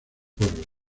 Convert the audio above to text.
pueblo